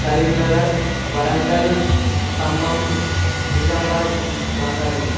Karimnagar Warangal Khammam Nizamabad Rangareddy